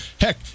Heck